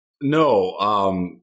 No